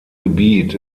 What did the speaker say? gebiet